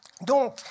Donc